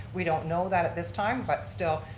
we don't know that at this time, but still,